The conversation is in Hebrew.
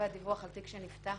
על תיק שנפתח.